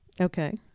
okay